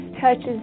touches